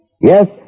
Yes